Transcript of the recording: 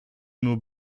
nur